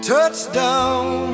Touchdown